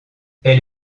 elle